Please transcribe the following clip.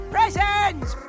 Presents